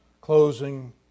closing